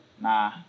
Nah